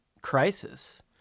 crisis